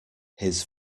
his